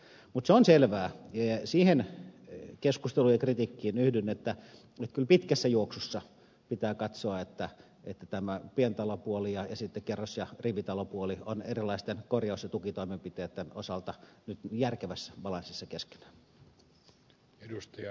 mutta se on selvää ja siihen keskusteluun ja kritiikkiin yhdyn että kyllä pitkässä juoksussa pitää katsoa että pientalopuoli ja kerros ja rivitalopuoli ovat erilaisten korjaus ja tukitoimenpiteitten osalta järkevässä balanssissa keskenään